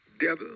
Devil